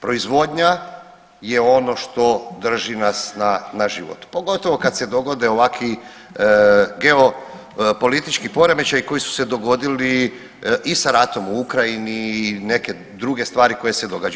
Proizvodnja je ono što drži nas na životu pogotovo kad se dogode ovakvi geopolitički poremećaji koji su se dogodili i sa ratom u Ukrajini i neke druge stvari koje se događaju.